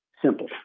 Simple